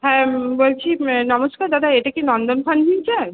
হ্যাঁ বলছি নমস্কার দাদা এটা কি নন্দন ফার্নিচার